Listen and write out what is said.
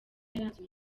yaranze